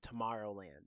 Tomorrowland